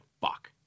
fuck